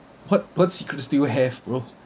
what what secret do you have bro